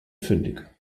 fündig